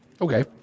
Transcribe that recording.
Okay